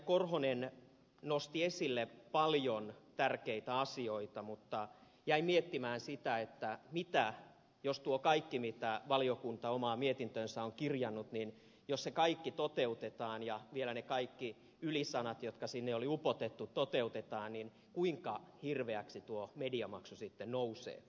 korhonen nosti esille paljon tärkeitä asioita mutta jäin miettimään sitä että mitä jos tuo kaikki mitä valiokunta omaan mietintöönsä on kirjannut toteutetaan ja vielä ne kaikki ylisanat jotka sinne oli upotettu toteutetaan niin kuinka hirveäksi tuo mediamaksu sitten nouseekaan